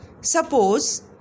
Suppose